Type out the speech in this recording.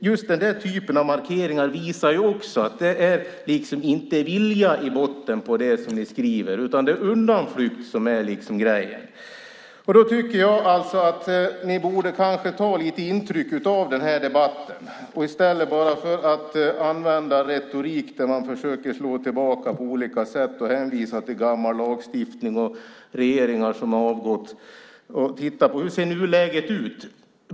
Just den typen av markeringar visar att det inte finns vilja i botten på det som ni skriver. Det är undanflykter som är grejen. Ni borde kanske ta lite intryck av den här debatten. I stället för att använda retorik där ni försöker slå tillbaka på olika sätt och hänvisa till gammal lagstiftning och regeringar som har avgått bör ni titta på hur nuläget ser ut.